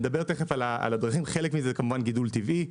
נדבר על הדרכים, חלק מזה, כמובן, גידול טבעי.